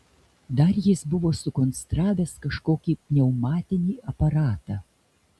dar jis buvo sukonstravęs kažkokį pneumatinį aparatą